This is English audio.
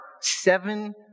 seven